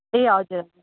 ए हजुर